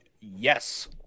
yes